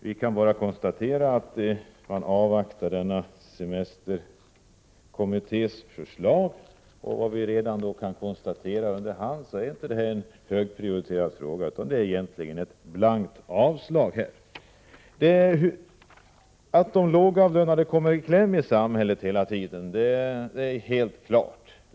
Vi kan konstatera att utskottet vill avvakta semesterkommitténs förslag, och vi kan också redan nu konstatera att denna fråga inte är högt prioriterad, utan utskottets skrivning är detsamma som ett blankt avslag. Att de lågavlönade hela tiden kommer i kläm är helt klart.